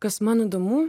kas man įdomu